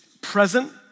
present